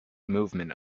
movement